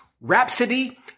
Rhapsody